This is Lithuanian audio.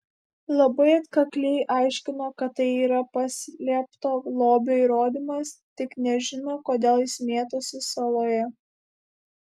labai atkakliai aiškino kad tai yra paslėpto lobio įrodymas tik nežino kodėl jis mėtosi saloje